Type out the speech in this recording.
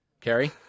Carrie